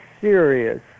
serious